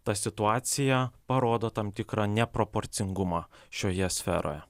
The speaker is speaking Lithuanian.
ta situacija parodo tam tikrą neproporcingumą šioje sferoje